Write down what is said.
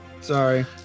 Sorry